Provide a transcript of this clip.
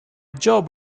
job